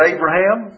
Abraham